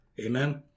Amen